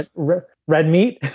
ah red red meat